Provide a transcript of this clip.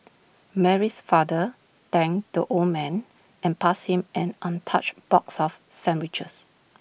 Mary's father thanked the old man and passed him an untouched box of sandwiches